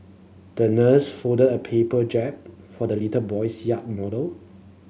the nurse folded a paper jib for the little boy's yacht model